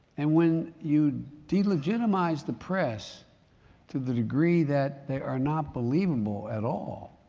and when you delegitimize the press to the degree that they are not believable at all